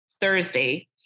Thursday